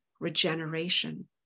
regeneration